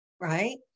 right